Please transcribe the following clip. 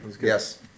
Yes